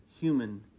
human